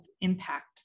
impact